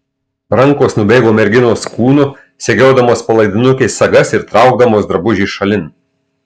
rankos nubėgo merginos kūnu segiodamos palaidinukės sagas ir traukdamos drabužį šalin